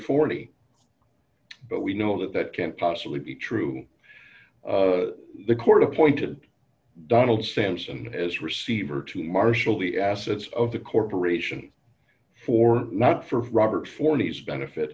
forty but we know that that can't possibly be true the court appointed donald sampson as receiver to marshal the assets of the corporation for not for robert for these benefit